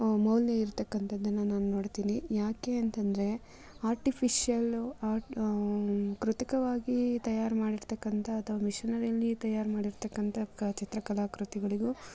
ಮೌಲ್ಯ ಇರತಕ್ಕಂಥದನ್ನು ನಾನು ನೋಡ್ತೀನಿ ಏಕೆ ಅಂತೆಂದ್ರೆ ಆರ್ಟಿಫಿಷಿಯಲ್ಲು ಆರ್ಟ್ ಕೃತಕವಾಗಿ ತಯಾರು ಮಾಡಿರತಕ್ಕಂಥ ಅಥವಾ ಮಿಷನರಿಯಲ್ಲಿ ತಯಾರು ಮಾಡಿರತಕ್ಕಂಥ ಚಿತ್ರಕಲಾ ಕೃತಿಗಳಿಗು